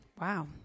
Wow